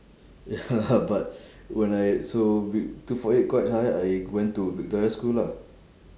ya but when I so two four eight quite high I went to victoria school lah